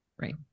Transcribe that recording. Right